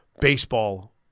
baseball